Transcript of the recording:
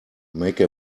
make